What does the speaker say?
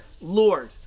Lord